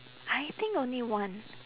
I think only one